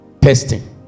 testing